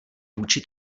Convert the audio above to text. vůči